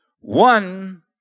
One